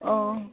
অঁ